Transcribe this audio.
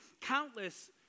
countless